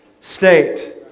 state